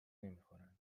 نمیخورند